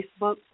Facebook